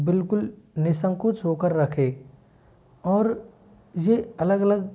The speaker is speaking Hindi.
बिल्कुल निःसंकोच होकर रखे और ये अलग अलग